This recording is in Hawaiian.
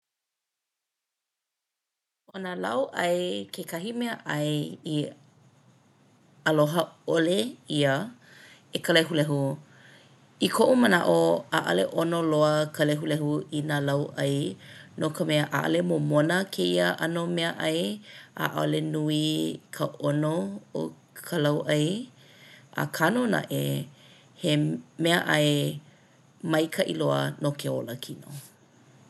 ʻO nā lauʻai kekahi meaʻai i aloha ʻole ʻia e ka lehulehu. I koʻu manaʻo, ʻaʻale ʻono loa ka lehulehu i nā lauʻai no ka mea ʻaʻole momona kēia ʻano meaʻai ʻaʻole nui ka ʻono o ka lauʻai akā nō naʻe he meaʻai maikaʻi loa no ke olakino.